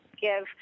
give